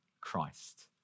Christ